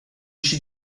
she